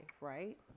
right